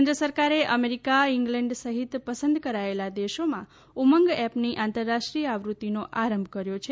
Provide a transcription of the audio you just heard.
કેન્દ્ર સરકારે America England સહિત પસંદ કરાચેલા દેશોમાં ઉમંગ એપની આંતરરરાષ્ટ્રીય આવૃત્તિની આરંભ કર્યો છે